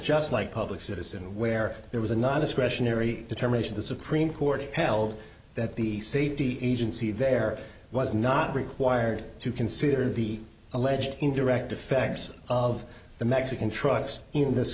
just like public citizen where there was a not discretionary determination the supreme court held that the safety agency there was not required to consider the alleged indirect effects of the mexican trucks in this